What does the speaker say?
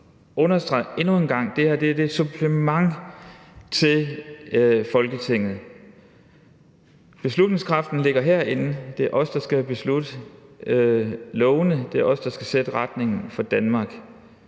at understrege endnu en gang, er, at det her er et supplement til Folketinget. Beslutningskraften ligger herinde; det er os, der skal vedtage lovene; det er os, der skal sætte retningen for Danmark.